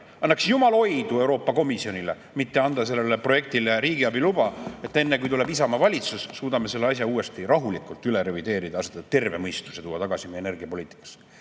Annaks jumal oidu Euroopa Komisjonile mitte anda sellele projektile riigiabi luba, enne kui tuleb Isamaa valitsus ja suudame selle asja uuesti rahulikult üle revideerida, terve mõistuse tuua tagasi meie energiapoliitikasse. Ja